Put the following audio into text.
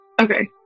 Okay